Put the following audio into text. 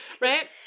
Right